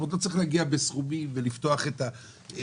לא צריך להגיע בסכומים ולפתוח את המוקד,